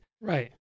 right